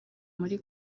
muri